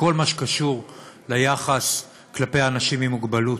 בכל מה שקשור ליחס כלפי אנשים עם מוגבלות.